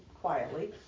quietly